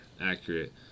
accurate